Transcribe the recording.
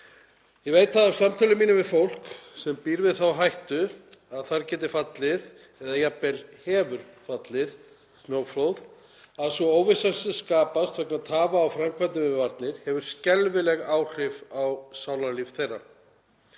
Ég veit það af samtölum mínum við fólk sem býr við þá hættu að þar geti fallið eða það jafnvel hefur fallið snjóflóð að sú óvissa sem skapast vegna tafa á framkvæmdum við varnir hefur skelfileg áhrif á sálarlíf þeirra.